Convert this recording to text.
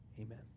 amen